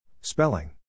Spelling